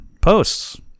posts